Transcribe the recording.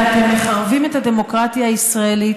ואתם מחרבים את הדמוקרטיה הישראלית,